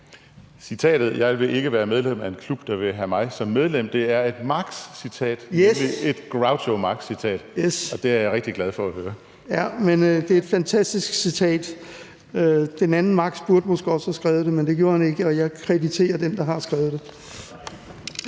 (LA): »Jeg vil ikke være medlem af en klub, der vil have mig som medlem« er et Marx-citat. Det er et Groucho Marx-citat, og det er jeg rigtig glad for at høre. Kl. 18:20 Søren Søndergaard (EL): Det er et fantastisk citat. Den anden Marx burde måske også have skrevet det, men det gjorde han ikke, og jeg krediterer den, der har skrevet det. Kl.